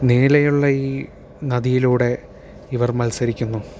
നീലയുള്ള ഈ നദിയിലൂടെ ഇവർ മത്സരിക്കുന്നു